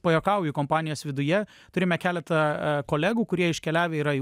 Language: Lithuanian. pajuokauju kompanijos viduje turime keletą kolegų kurie iškeliavę yra į